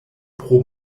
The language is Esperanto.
pro